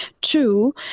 Two